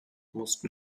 mussten